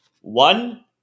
one